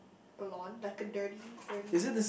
blonde like a dirty dirty